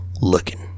looking